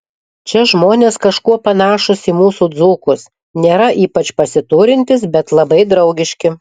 čia žmonės kažkuo panašūs į mūsų dzūkus nėra ypač pasiturintys bet labai draugiški